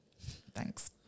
Thanks